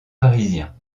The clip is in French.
parisiens